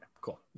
cool